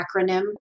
acronym